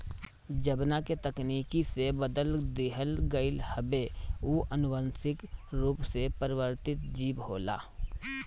जवना के तकनीकी से बदल दिहल गईल हवे उ अनुवांशिक रूप से परिवर्तित जीव होला